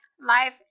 life